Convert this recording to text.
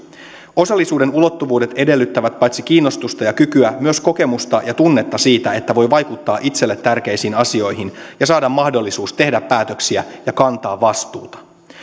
osallisuuden ulottuvuudet edellyttävät paitsi kiinnostusta ja kykyä myös kokemusta ja tunnetta siitä että voi vaikuttaa itselle tärkeisiin asioihin ja saada mahdollisuuden tehdä päätöksiä ja kantaa vastuuta